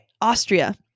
Austria